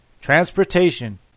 transportation